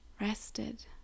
Rested